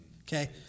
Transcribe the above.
Okay